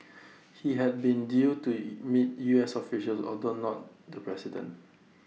he had been due to meet U S officials although not the president